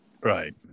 right